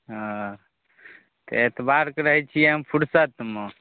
ओ तऽ एतबारके रहै छिए हम फुरसतिमे